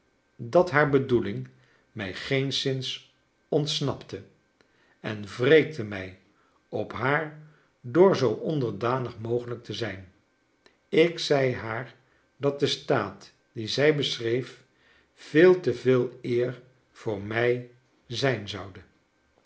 dat haar bedoeling mij geenszins ontsnapte en wreekte mij op haar door zoo onderdanig mogelijk te zijn ik zei haar dat de staat dien zij beschreef veel te veel eer voor mij zijn zoude